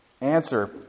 Answer